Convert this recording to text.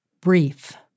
brief